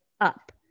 up